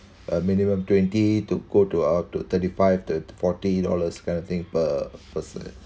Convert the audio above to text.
a minimum twenty to go to up to thirty five to forty dollars kind of thing per person